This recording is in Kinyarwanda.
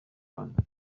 rwanda